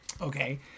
okay